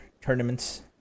tournaments